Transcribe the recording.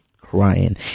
crying